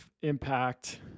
impact